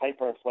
hyperinflation